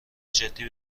جدی